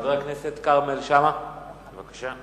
חבר הכנסת כרמל שאמה, בבקשה.